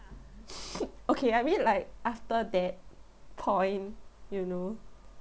okay I mean like after that point you know